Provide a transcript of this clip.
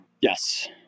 Yes